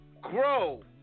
grow